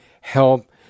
help